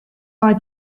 eye